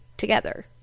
together